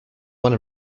one